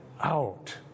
out